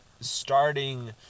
starting